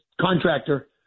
contractor